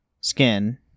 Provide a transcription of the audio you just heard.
skin